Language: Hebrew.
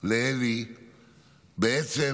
לאלי בעצם